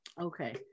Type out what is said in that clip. okay